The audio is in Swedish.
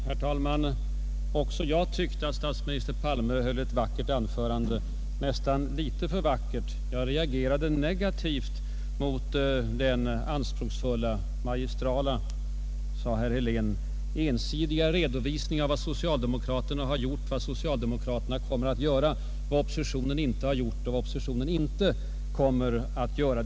Herr talman! Också jag tyckte att statsminister Palme höll ett vackert anförande, nästan litet för vackert; jag reagerade negativt mot den anspråksfulla — magistrala, sade herr Helén — och ensidiga redovisningen av vad socialdemokraterna har gjort och kommer att göra, vad oppositionen inte har gjort och inte kommer att göra.